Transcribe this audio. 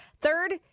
Third